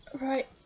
right